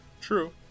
True